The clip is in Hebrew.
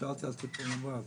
שאלתי על טיפול נמרץ.